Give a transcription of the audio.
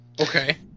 Okay